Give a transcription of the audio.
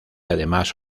además